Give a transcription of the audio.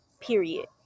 period